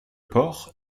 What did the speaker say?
port